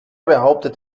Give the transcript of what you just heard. behauptet